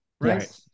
right